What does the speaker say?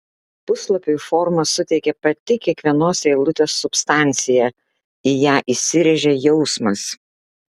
puslapiui formą suteikė pati kiekvienos eilutės substancija į ją įsirėžė jausmas